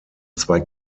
zwei